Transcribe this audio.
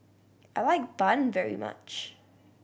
I like bun very much